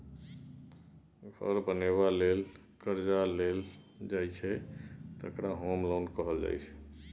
घर बनेबा लेल जे करजा लेल जाइ छै तकरा होम लोन कहल जाइ छै